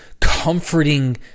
comforting